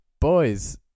Boys